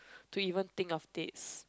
to even think of this